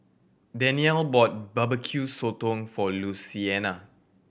Danyell bought Barbecue Sotong for Luciana